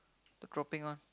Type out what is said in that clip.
the dropping one